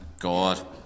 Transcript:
God